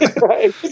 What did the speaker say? Right